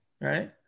right